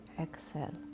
exhale